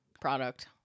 product